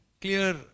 clear